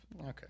okay